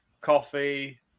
coffee